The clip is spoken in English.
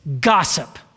gossip